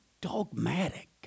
dogmatic